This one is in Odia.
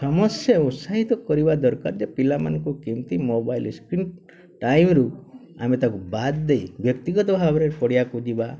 ସମସ୍ତେ ଉତ୍ସାହିତ କରିବା ଦରକାର ଯେ ପିଲାମାନଙ୍କୁ କେମିତି ମୋବାଇଲ୍ ସ୍କ୍ରିନ୍ ଟାଇମ୍ରୁ ଆମେ ତା'କୁ ବାଦ୍ ଦେଇ ବ୍ୟକ୍ତିଗତ ଭାବରେ ପଡ଼ିଆକୁ ଯିବା